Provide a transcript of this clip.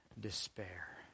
Despair